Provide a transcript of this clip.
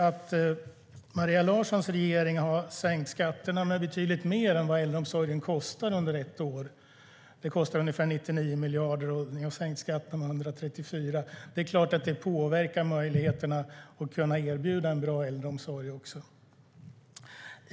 Att Maria Larssons regering har sänkt skatterna med betydligt mer än vad äldreomsorgen kostar under ett år - den kostar ungefär 99 miljarder, och ni har sänkt skatten med 134 - påverkar såklart möjligheterna att erbjuda en bra äldreomsorg.